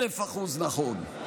אלף אחוז נכון.